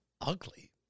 ugly